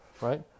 right